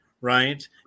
right